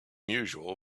usual